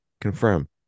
confirm